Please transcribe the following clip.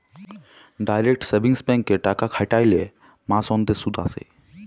direct savings ব্যাংকে টাকা খ্যাটাইলে মাস অল্তে সুদ আসে